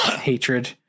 hatred